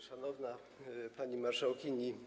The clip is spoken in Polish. Szanowna Pani Marszałkini!